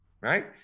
right